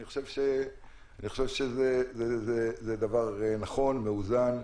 אני חושב שזה דבר נכון, מאוזן,